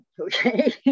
Okay